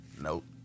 Nope